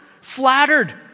flattered